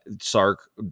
Sark